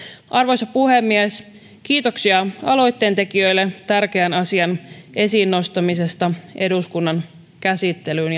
arvoisa puhemies kiitoksia aloitteentekijöille tärkeän asian esiin nostamisesta eduskunnan käsittelyyn